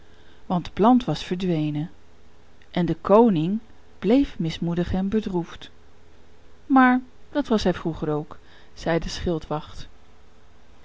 want de plant was verdwenen en de koning bleef mismoedig en bedroefd maar dat was hij vroeger ook zei de